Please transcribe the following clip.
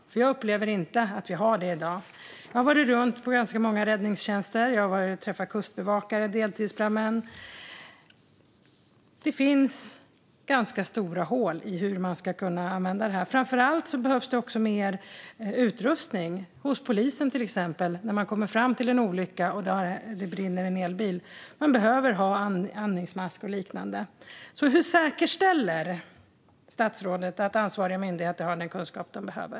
Jag upplever inte att vi har det i dag. Jag har varit runt på ganska många räddningstjänster. Jag har träffat kustbevakare och deltidsbrandmän. Det finns ganska stora hål när det gäller hur detta ska kunna användas. Framför allt behövs det mer utrustning, till exempel hos polisen, när man kommer fram till en olycka och en elbil brinner. Man behöver ha andningsmask och liknande. Hur säkerställer statsrådet att ansvariga myndigheter har den kunskap som de behöver?